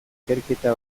ikerketa